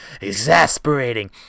exasperating